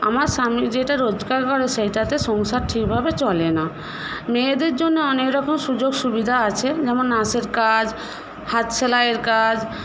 আমি স্বামী যেটা রোজগার করে সেইটাতে সংসার ঠিকভাবে চলে না মেয়েদের জন্য অনেক রকম সুযোগ সুবিধা আছে যেমন নার্সের কাজ হাত সেলাইয়ের কাজ